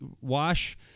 wash